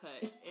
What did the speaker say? cut